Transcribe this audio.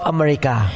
America